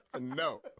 No